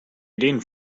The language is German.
ideen